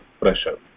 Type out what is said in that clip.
pressure